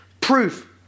proof